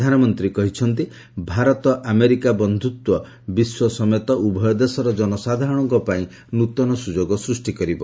ପ୍ରଧାନମନ୍ତ୍ରୀ କହିଛନ୍ତି ଭାରତ ଆମେରିକା ବନ୍ଧୁତ୍ୱ ବିଶ୍ୱ ସମେତ ଉଭୟ ଦେଶର ଜନସାଧାରଣଙ୍କ ପାଇଁ ନୂତନ ସୁଯୋଗ ସୃଷ୍ଟି କରିବ